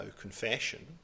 confession